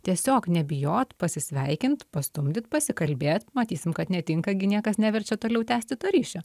tiesiog nebijot pasisveikint pastumdyt pasikalbėt matysim kad netinka gi niekas neverčia toliau tęsti to ryšio